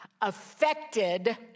affected